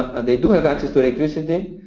and they do have access to electricity,